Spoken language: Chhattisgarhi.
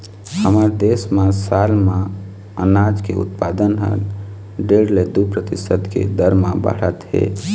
हमर देश म साल म अनाज के उत्पादन ह डेढ़ ले दू परतिसत के दर म बाढ़त हे